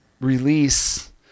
release